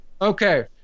Okay